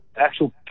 actual